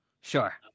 Sure